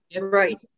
Right